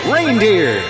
Reindeer